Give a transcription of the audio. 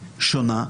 שונה,